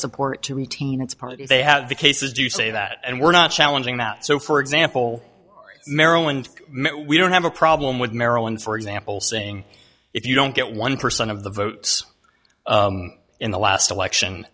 support to retain its part if they had the cases do say that and we're not challenging that so for example maryland we don't have a problem with maryland for example saying if you don't get one percent of the vote in the last election